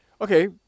Okay